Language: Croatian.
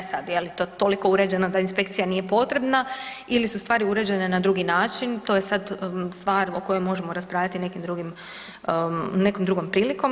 E sad je li to toliko uređeno da inspekcija nije potrebna ili su stvari uređene na drugi način, to je sad stvar o kojoj možemo raspravljati nekom drugom prilikom.